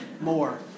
more